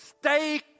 stay